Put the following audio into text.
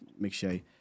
McShay